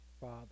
father